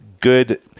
good